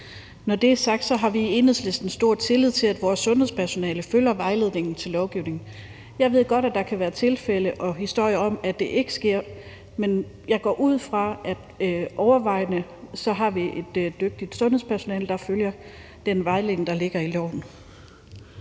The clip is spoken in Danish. Når det er sagt, har vi i Enhedslisten stor tillid til, at vores sundhedspersonale følger vejledningen til lovgivningen. Jeg ved godt, at der kan være tilfælde med og historier om, at det ikke sker, men jeg går ud fra, at vi i overvejende grad har et dygtigt sundhedspersonale, der følger den vejledning, der følger af loven.